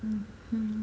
mmhmm